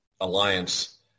alliance